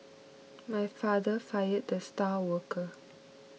my father fired the star worker